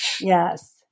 Yes